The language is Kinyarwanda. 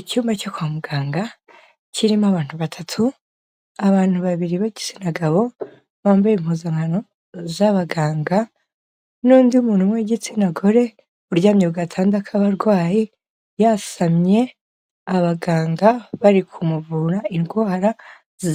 Icyumba cyo kwa muganga kirimo abantu batatu, abantu babiri b'igitsina gabo bambaye impuzankano z'abaganga, n'undi muntu w'igitsina gore uryamye ku gatanda k'abarwayi yasamye, abaganga bari kumuvura indwara